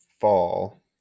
fall